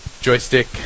joystick